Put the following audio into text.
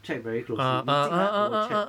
check very closely 你进来我 check